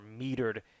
metered